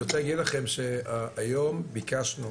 אני רוצה להגיד לכם שהיום ביקשנו